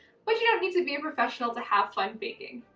but you don't need to be a professional to have fun baking,